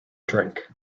drink